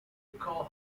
recall